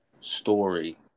story